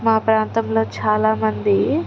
మా ప్రాంతంలో చాలా మంది